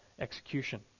execution